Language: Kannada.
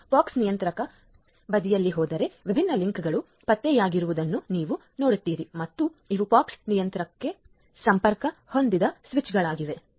ನಾನು ಪೋಕ್ಸ್ ನಿಯಂತ್ರಕ ಬದಿಯಲ್ಲಿ ಹೋದರೆ ವಿಭಿನ್ನ ಲಿಂಕ್ಗಳು ಪತ್ತೆಯಾಗಿರುವುದನ್ನು ನೀವು ನೋಡುತ್ತೀರಿ ಮತ್ತು ಇವು POX ನಿಯಂತ್ರಕಕ್ಕೆ ಸಂಪರ್ಕ ಹೊಂದಿದ ಸ್ವಿಚ್ಗಳಾಗಿವೆ